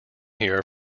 here